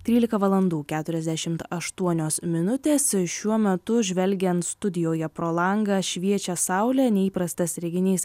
trylika valandų keturiasdešimt aštuonios minutės šiuo metu žvelgiant studijoje pro langą šviečia saulė neįprastas reginys